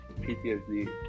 PTSD